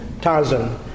Tarzan